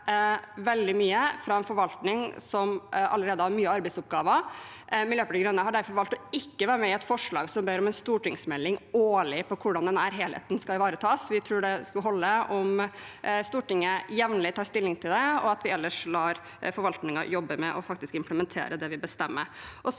kreve veldig mye fra en forvaltning som allerede har mange arbeidsoppgaver. Miljøpartiet De Grønne har derfor valgt ikke å være med på et forslag som ber om en årlig stortingsmelding om hvordan denne helheten skal ivaretas. Vi tror det holder om Stortinget jevnlig tar stilling til det, og at vi ellers lar forvaltningen jobbe med faktisk å implementere det vi bestemmer.